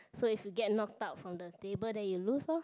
so if you get knocked out from the table then you lose lor